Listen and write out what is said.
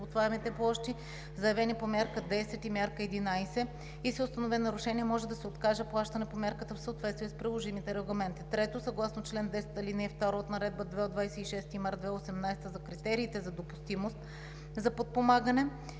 обработваемите площи, заявени по Мярка 10 и Мярка 11, и се установи нарушение, може да се откаже плащане по Мярката в съответствие с приложимите регламенти. Трето, съгласно чл. 10, ал. 2 от Наредба 2 от 26 март 2018 г. за критериите за допустимост за подпомагане